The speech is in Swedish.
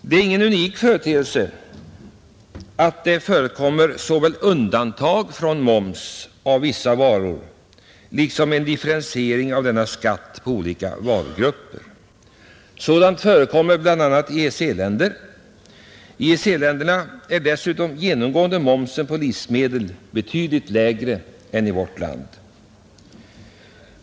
Det är ingen unik företeelse med undantag från moms på vissa varor, inte heller med differentiering av denna skatt mellan olika varugrupper. Sådant förekommer bl.a. i EEC-länder. Där är dessutom genomgående momsen på livsmedel lägre än i vårt land.